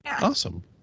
Awesome